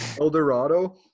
eldorado